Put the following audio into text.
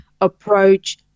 approach